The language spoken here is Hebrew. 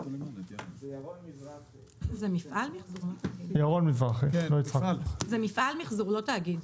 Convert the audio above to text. זה מפעל מיחזור, לא תאגיד.